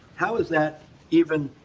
how is that even